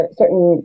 certain